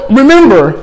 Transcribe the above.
remember